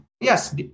yes